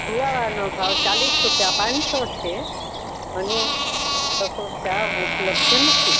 ગ્વાવાનો ભાવ ચાલીસ રૂપિયા પાંચસો છે અને પપોસ ચા ઉપલબ્ધ નથી